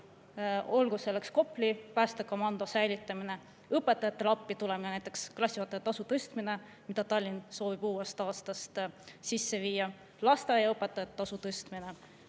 olgu selleks Kopli päästekomando säilitamine, õpetajatele appi tulemine, näiteks klassijuhataja tasu tõstmine, mida Tallinn soovib uuest aastast sisse viia, lasteaiaõpetajate tasu tõstmine,